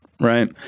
right